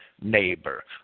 neighbor